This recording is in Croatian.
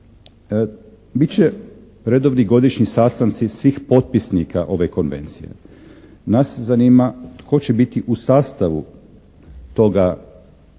će redovni godišnji sastanci svih potpisnika ove konvencije. Nas zanima tko će biti u sastavu toga našega